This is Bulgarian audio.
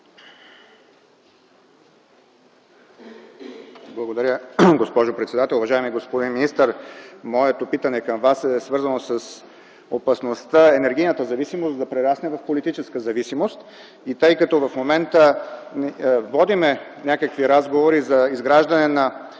Благодаря, госпожо председател. Уважаеми господин министър, моето питане към Вас е свързано с опасността енергийната зависимост да прерасне в политическа зависимост. Тъй като в момента водим някакви разговори за изграждане на